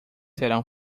serão